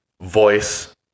voice